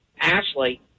Ashley